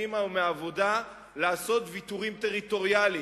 מקדימה או מהעבודה, לעשות ויתורים טריטוריאליים.